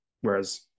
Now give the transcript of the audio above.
Whereas